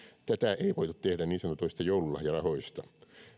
tätä ei voitu tehdä niin sanotuista joululahjarahoista